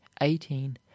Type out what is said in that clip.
eighteen